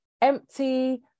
empty